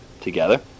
together